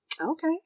Okay